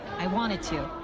i wanted to.